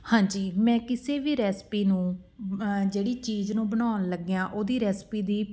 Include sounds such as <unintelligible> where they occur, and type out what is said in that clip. ਹਾਂਜੀ ਮੈਂ ਕਿਸੇ ਵੀ ਰੈਸਪੀ ਨੂੰ <unintelligible> ਜਿਹੜੀ ਚੀਜ਼ ਨੂੰ ਬਣਾਉਣ ਲੱਗਿਆਂ ਉਹਦੀ <unintelligible> ਰੈਸਪੀ ਦੀ